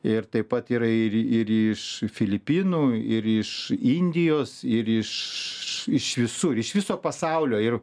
ir taip pat yra ir ir iš filipinų ir iš indijos ir iš iš visur iš viso pasaulio ir